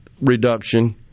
reduction